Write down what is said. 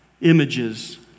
images